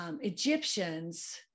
Egyptians